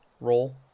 roll